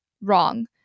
Wrong